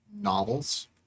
novels